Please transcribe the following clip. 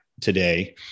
today